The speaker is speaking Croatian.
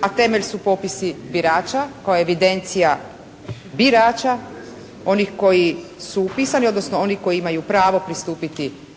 a temelj su popisi birača koja evidencija birača, onih koji su upisani odnosno oni koji imaju pravo pristupiti biranju,